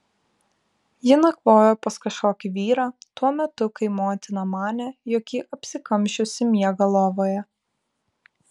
ji nakvojo pas kažkokį vyrą tuo metu kai motina manė jog ji apsikamšiusi miega lovoje